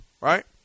right